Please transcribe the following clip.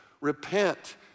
Repent